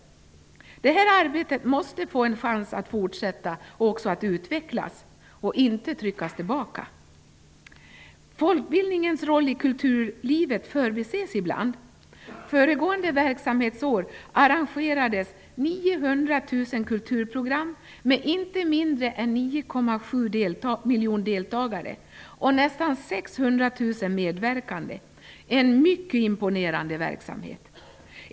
Detta arbete måste få en chans att fortsätta och utvecklas och skall inte tryckas tillbaka. Folkbildningens roll i kulturlivet förbises ibland. kulturprogram med inte mindre än 9,7 miljoner deltagare och nästan 600 000 medverkande -- en mycket imponerande verksamhet.